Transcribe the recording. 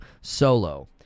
solo